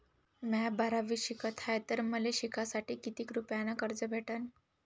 म्या बारावीत शिकत हाय तर मले शिकासाठी किती रुपयान कर्ज भेटन?